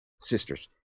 sisters